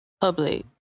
public